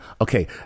Okay